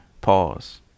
Pause